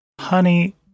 Honey